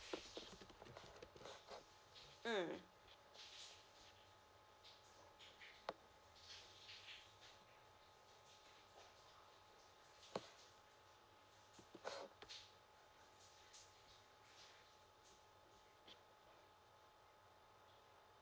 mm